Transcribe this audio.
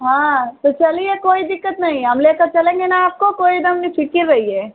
हाँ तो चलिए कोई दिक्कत नहीं है हम लेकर चलेंगे ना आपको कोई एकदम बेफिक्र रहिए